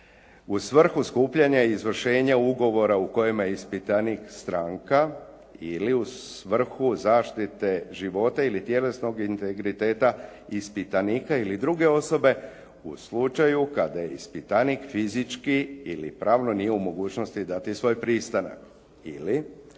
u svrhu skupljanja izvršenja ugovora u kojima je ispitanik stranka ili u svrhu zaštite života ili tjelesnog integriteta ispitanika ili druge osobe u slučaju kada je ispitanik fizički ili pravno nije u mogućnosti dati svoj pristanak, ili